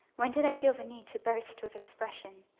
when did i feel the need to burst with expression?